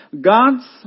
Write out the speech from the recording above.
God's